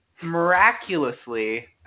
miraculously